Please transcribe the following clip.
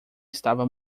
estava